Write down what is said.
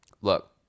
look